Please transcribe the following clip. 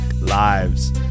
lives